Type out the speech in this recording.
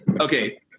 Okay